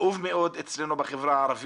הנושא הזה הוא נושא כאוב מאוד אצלנו בחברה הערבית